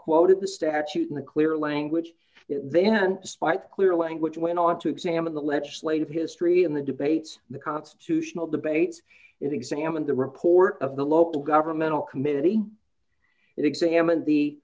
quoted the statute in a clear language then despite clear language went on to examine the legislative history in the debates the constitutional debates examined the report of the local governmental committee and examined the